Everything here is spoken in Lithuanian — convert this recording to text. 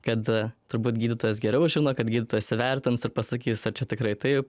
kad turbūt gydytojas geriau žino kad gydytojas įvertins ir pasakys ar čia tikrai taip